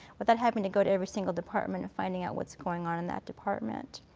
without having to go to every single department and finding out what's going on in that department.